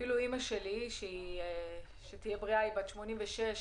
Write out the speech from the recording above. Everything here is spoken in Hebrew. אפילו אימא שלי, שתהיה בריאה, שהיא בת 86,